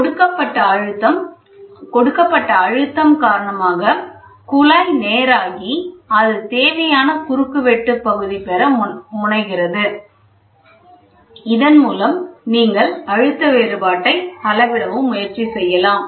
கொடுக்கப்பட்ட அழுத்தம் காரணமாக குழாய் நேராகி அது தேவையான குறுக்குவெட்டு பகுதி பெற முனைகிறது இதன் மூலம் நீங்கள் அழுத்தம் வேறுபாட்டை அளவிடவும் முயற்சி செய்யலாம்